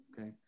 okay